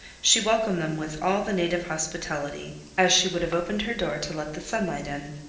she welcomed them with all the native hospitality, as she would have opened her door to let the sunlight in.